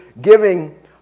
giving